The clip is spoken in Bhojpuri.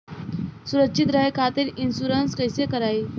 सुरक्षित रहे खातीर इन्शुरन्स कईसे करायी?